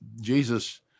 Jesus